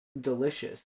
delicious